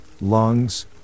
lungs